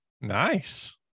nice